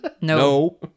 No